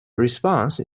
response